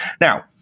Now